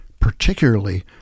particularly